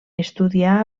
estudià